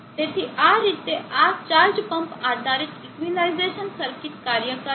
તેથી આ રીતે આ ચાર્જ પમ્પ આધારિત ઇક્વિલિઝેશન સર્કિટ કાર્ય કરે છે